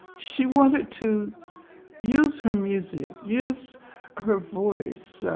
she wanted to use her music, use her voice,